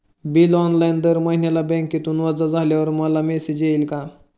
Bill online दर महिन्याला बँकेतून वजा झाल्यावर मला मेसेज येईल का?